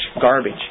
garbage